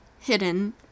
hidden